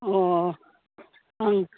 ꯑꯣ ꯑꯪ